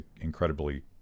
incredibly